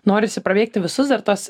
norisi prabėgti visus dar tuos